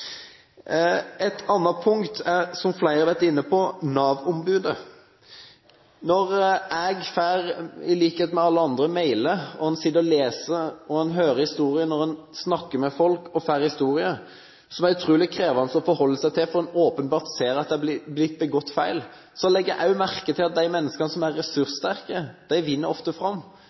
Et punkt som flere har vært inne på, er Nav-ombudet. Når jeg – i likhet med alle andre – får mailer og sitter og leser og hører historier, snakker med folk og får historier som er utrolig krevende å forholde seg til fordi en ser at det åpenbart er begått feil, så legger jeg også merke til at de menneskene som er ressurssterke, ofte vinner fram,